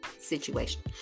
situation